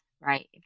Right